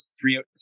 three